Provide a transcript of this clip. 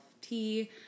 tea